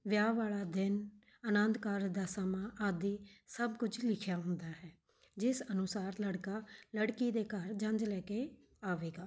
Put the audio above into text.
ਵਿਆਹ ਵਾਲਾ ਦਿਨ ਅਨੰਦ ਕਾਰਜ ਦਾ ਸਮਾਂ ਆਦਿ ਸਭ ਕੁਝ ਲਿਖਿਆ ਹੁੰਦਾ ਹੈ ਜਿਸ ਅਨੁਸਾਰ ਲੜਕਾ ਲੜਕੀ ਦੇ ਘਰ ਜੰਞ ਲੈ ਕੇ ਆਵੇਗਾ